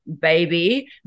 baby